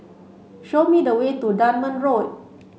show me the way to Dunman Road